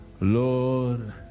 Lord